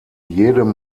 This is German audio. jedem